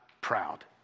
proud